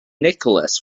nicholas